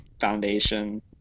Foundation